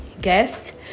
guest